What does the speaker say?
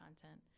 content